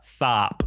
Tharp